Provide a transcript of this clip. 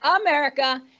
America